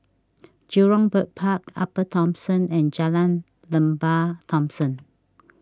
Jurong Bird Park Upper Thomson and Jalan Lembah Thomson